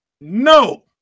no